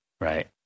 right